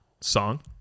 song